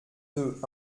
deux